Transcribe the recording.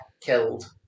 killed